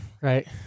right